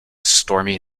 stormy